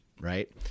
Right